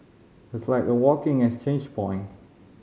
it's like a walking exchange point